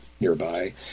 nearby